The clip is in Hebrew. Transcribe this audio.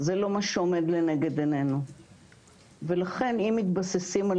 זה לא מה שעומד לנגד עינינו ולכן אם מתבססים על